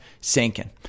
sinking